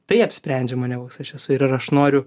tai apsprendžia mane koks aš esu ir aš noriu